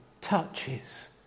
touches